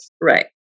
Right